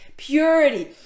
purity